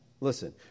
Listen